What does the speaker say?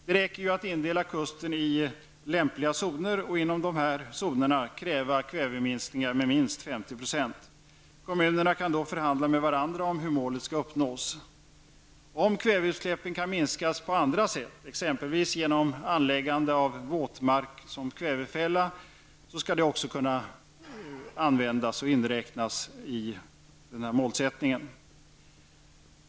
Det räcker ju att indela kusten i lämpliga zoner och inom dessa kräva kväveminskningar med minst 50 %. Kommunerna kan då förhandla med varandra om hur målet skall uppnås. Om kväveutsläppen kan minskas på andra sätt, exempelvis genom anläggande av våtmark som kvävefälla, skall detta också kunna användas och inräknas i denna måljsättning.